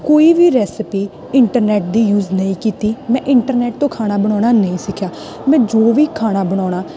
ਕੋਈ ਵੀ recipe internet ਦੀ ਯੂਜ ਨਹੀਂ ਕੀਤੀ ਮੈਂ ਇੰਟਰਨੈਟ ਤੋਂ ਖਾਣਾ ਬਣਾਉਣਾ ਨਹੀਂ ਸਿੱਖਿਆ ਮੈਂ ਜੋ ਵੀ ਖਾਣਾ ਬਣਾਉਣਾ